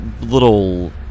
little